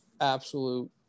absolute